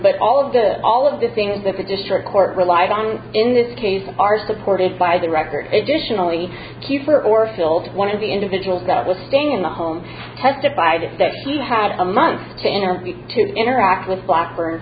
but all of the all of the things that the district court relied on in this case are supported by the record additionally kieffer or filled one of the individuals that will stay in the home testified that she had a month to interview to interact with blackburn